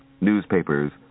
newspapers